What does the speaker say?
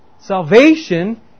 Salvation